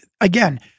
again